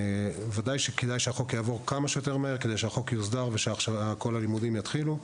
ודאי כדאי שהחוק יעבור כמה שיותר מהר כדי שהחוק יוסדר והלימודים יתחילו.